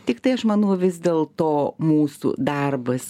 tiktai aš manau vis dėl to mūsų darbas